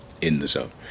in-the-zone